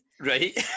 Right